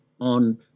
on